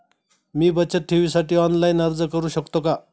मी बचत ठेवीसाठी ऑनलाइन अर्ज करू शकतो का?